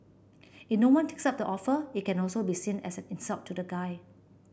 in no one takes up the offer it can also be seen as an insult to the guy